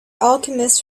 alchemist